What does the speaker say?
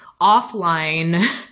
offline